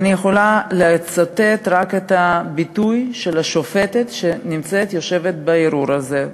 ואני יכולה לצטט את הביטוי של השופטת שיושבת בערעור הזה,